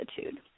attitude